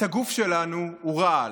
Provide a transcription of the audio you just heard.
את הגוף שלנו, הוא רעל,